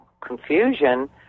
confusion